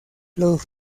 los